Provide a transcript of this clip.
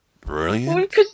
Brilliant